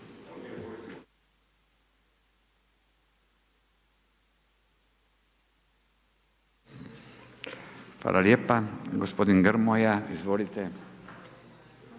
Hvala lijepa, gospodin Grmoja, izvolite.